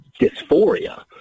dysphoria